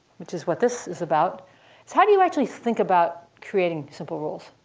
which is what this is about, is how do you actually think about creating simple rules?